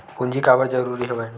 पूंजी काबर जरूरी हवय?